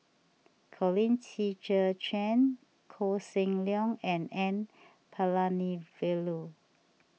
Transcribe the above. Colin Qi Zhe Quan Koh Seng Leong and N Palanivelu